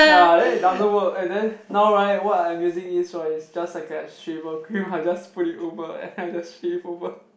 ya then it doesn't work and then now right what I'm using is right is just like a shaver cream I just put it over and I just shave over